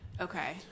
Okay